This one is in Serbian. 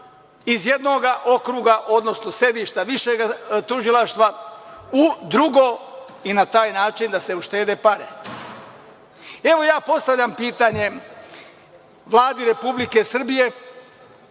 iz jednoga okruga, odnosno sedišta višeg tužilaštva u drugo i na taj način da se uštede pare. Evo, ja postavljam pitanje Vladi Republike Srbije,